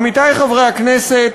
עמיתי חברי הכנסת,